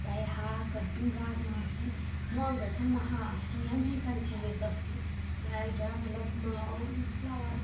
چاہے ہاکھ ٲسِنۍ رازمہ ٲسِنۍ مونٛگ ٲسِنۍ مَہا ٲسِنۍ یا بیٚیہِ کانٛہہ چیٖز ٲسِنۍ یا مطلب فٔلور